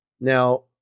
Now